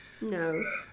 No